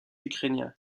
ukrainien